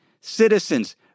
citizens